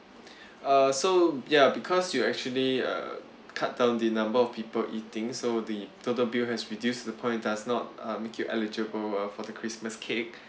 uh so ya because you actually uh cut down the number of people eating so the total bill has reduced to the point it does not uh make you eligible uh for the christmas cake